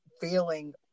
feeling